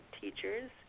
teachers